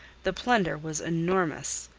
the plunder was enormous.